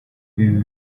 ibi